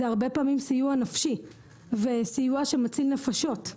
זה סיוע נפשי שמציל נפשות.